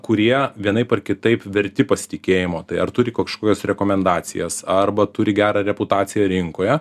kurie vienaip ar kitaip verti pasitikėjimo tai ar turi kažkokias rekomendacijas arba turi gerą reputaciją rinkoje